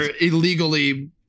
illegally